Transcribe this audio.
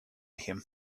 him